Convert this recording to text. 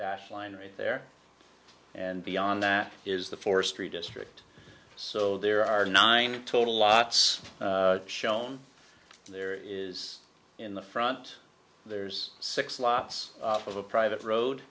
dash line right there and beyond that is the forestry district so there are nine total lots shown there is in the front there's six slots of a private road